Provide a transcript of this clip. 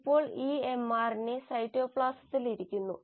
ഇപ്പോൾ ഈ mRNA സൈറ്റോപ്ലാസത്തിൽ ഇരിക്കുന്നു